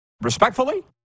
respectfully